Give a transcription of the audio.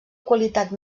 qualitat